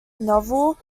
novel